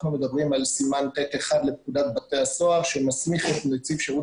אנחנו מדברים על סימן ט'1 לפקודת בתי הסוהר שמסמיך את נציב שירות